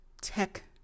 tech